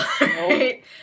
right